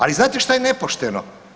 Ali znate što je nepošteno?